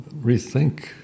rethink